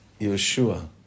Yeshua